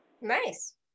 Nice